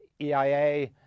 EIA